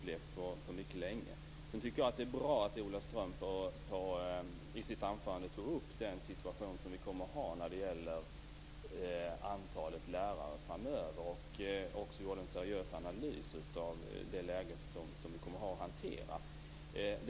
Det är bra att Ola Ström i sitt anförande tog upp den situation som vi kommer att få i fråga om antalet lärare framöver och gjorde en seriös analys av läget.